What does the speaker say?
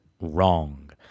wrong